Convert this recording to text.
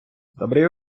добрий